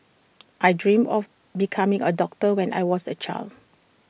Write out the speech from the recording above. I dreamt of becoming A doctor when I was A child